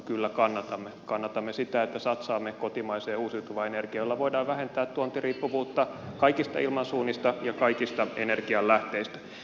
kyllä kannatamme kannatamme sitä että satsaamme kotimaiseen uusiutuvaan energiaan jolla voidaan vähentää tuontiriippuvuutta kaikista ilmansuunnista ja kaikista energianlähteistä